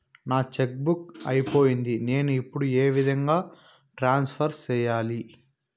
నా cheque book అయిపోయింది నేను ఇప్పుడు ఏ విధంగా ట్రాన్స్ఫర్ సేయాలి?